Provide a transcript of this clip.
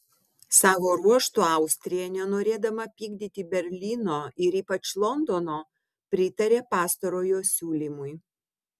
savo ruožtu austrija nenorėdama pykdyti berlyno ir ypač londono pritarė pastarojo siūlymui